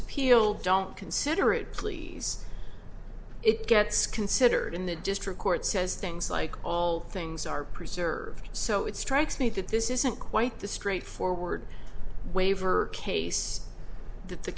appeal don't consider it please it gets considered in the district court says things like all things are preserved so it strikes me that this isn't quite the straightforward waiver case th